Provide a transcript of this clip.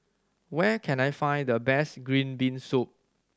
where can I find the best green bean soup